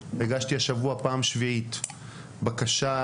הגשתי השבוע פעם שביעית בקשה,